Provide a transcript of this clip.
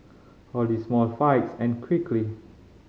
all these small fights end quickly